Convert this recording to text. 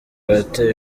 watewe